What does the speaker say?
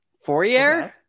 Fourier